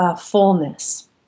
fullness